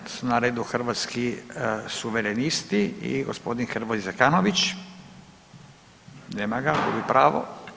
Sada su na redu Hrvatski suverenisti i gospodin Hrvoje Zekanović, nema ga, gubi pravo.